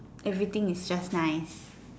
everything is just nice